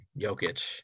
Jokic